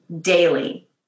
daily